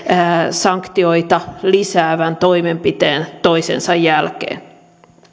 sanktioita lisäävän toimenpiteen toisensa jälkeen